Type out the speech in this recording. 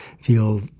feel